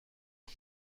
per